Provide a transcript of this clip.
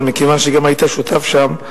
אבל מכיוון שגם היית שותף שם,